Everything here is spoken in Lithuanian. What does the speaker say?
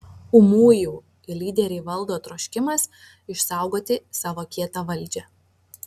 ūmųjų lyderį valdo troškimas išsaugoti savo kietą valdžią